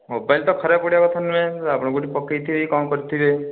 mobile ତ ଖରାପ ପଡ଼ିବା କଥା ନୁହେଁ ଆପଣ କେଉଁଠି ପକାଇଥିବେ କି କ'ଣ କରିଥିବେ